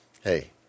hey